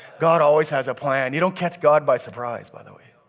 god always has a plan. you don't catch god by surprise, by the way.